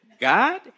God